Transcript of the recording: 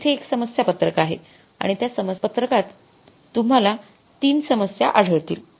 येथे एक समस्या पत्रक आहे आणि त्या समस्या पत्रकात तुम्हाला ३ समस्या आढळतील